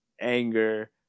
anger